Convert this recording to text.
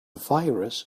virus